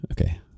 Okay